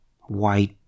white